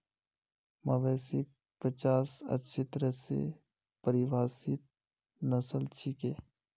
मवेशिक पचास अच्छी तरह स परिभाषित नस्ल छिके